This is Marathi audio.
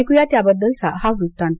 ऐकू या त्याबद्दलचा हा वृत्तांत